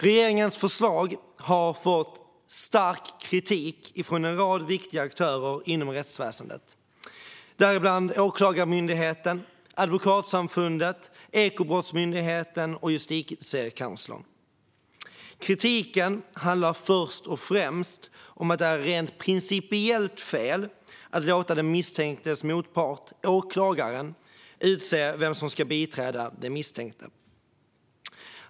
Regeringens förslag har fått stark kritik från en rad viktiga aktörer inom rättsväsendet, däribland Åklagarmyndigheten, Advokatsamfundet, Ekobrottsmyndigheten och Justitiekanslern. Kritiken handlar först och främst om att det är rent principiellt fel att låta den misstänktes motpart, åklagaren, utse vem som ska biträda den misstänkte.